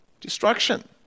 Destruction